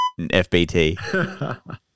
FBT